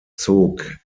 zog